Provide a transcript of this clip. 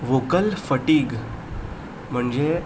vocal fatigue म्हणजे